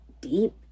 deep